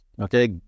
Okay